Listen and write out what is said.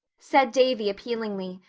said davy appealingly,